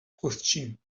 پستچیم